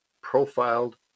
Profiled